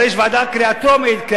הרי יש ועדה לקריאה טרומית,